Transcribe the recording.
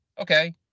okay